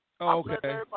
Okay